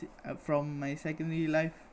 t~ uh from my secondary life